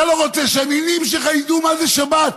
אתה לא רוצה שהנינים שלך יידעו מה זה שבת?